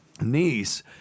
niece